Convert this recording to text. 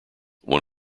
one